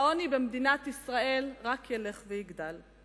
והעוני במדינת ישראל רק ילך ויגדל.